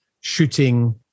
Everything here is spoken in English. shooting